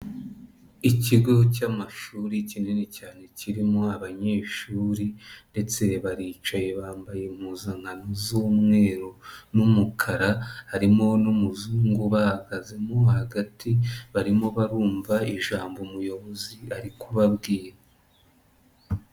Ikigo cy'amashuri kinini cyane kirimo abanyeshuri ndetse baricaye bambaye impuzankano z'umweru n'umukara, harimo n'umuzungu ubahagazemo hagati barimo barumva ijambo umuyobozi ari kubabwira.